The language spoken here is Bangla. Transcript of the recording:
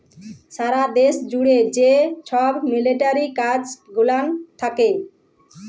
সারা দ্যাশ জ্যুড়ে যে ছব মিলিটারি কাজ গুলান থ্যাকে